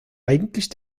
eigentlich